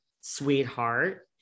sweetheart